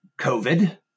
COVID